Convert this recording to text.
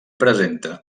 presenta